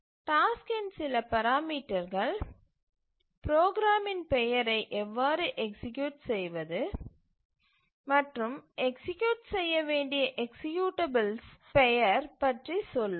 டாஸ்க்கின் சில பராமீட்டர்கள் ப்ரோக்ராமின் பெயரை எவ்வாறு எக்சீக்யூட் செய்வது மற்றும் எக்சீக்யூட் செய்ய வேண்டிய எக்சீக்யூட்டபிளின் பெயர் பற்றி சொல்லும்